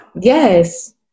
yes